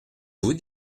vous